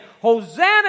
Hosanna